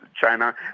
China